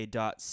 dot